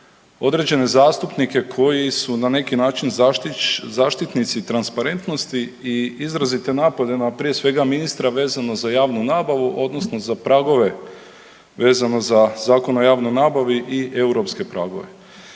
određene zastupnike koji su na neki način zaštitnici transparentnosti i izrazite napade na, prije svega, ministra, vezano za javnu nabavu, odnosno za pragove vezano za Zakon o javnoj nabavi i EU pragove.